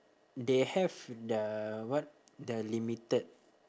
they have the what the limited